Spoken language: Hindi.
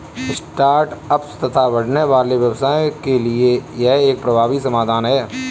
स्टार्ट अप्स तथा बढ़ने वाले व्यवसायों के लिए यह एक प्रभावी समाधान है